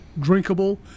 drinkable